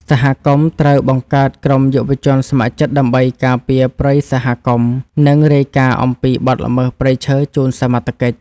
សហគមន៍ត្រូវបង្កើតក្រុមយុវជនស្ម័គ្រចិត្តដើម្បីការពារព្រៃសហគមន៍ និងរាយការណ៍អំពីបទល្មើសព្រៃឈើជូនសមត្ថកិច្ច។